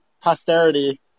posterity